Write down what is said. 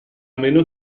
meno